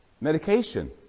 Medication